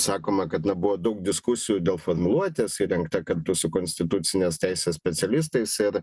sakoma kad na buvo daug diskusijų dėl formuluotės ji rengta kartu su konstitucinės teisės specialistais ir